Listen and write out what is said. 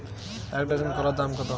এক ডজন কলার দাম কত?